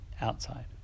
outside